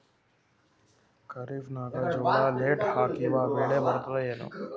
ಖರೀಫ್ ನಾಗ ಜೋಳ ಲೇಟ್ ಹಾಕಿವ ಬೆಳೆ ಬರತದ ಏನು?